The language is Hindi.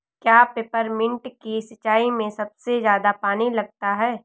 क्या पेपरमिंट की सिंचाई में सबसे ज्यादा पानी लगता है?